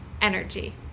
energy